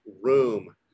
room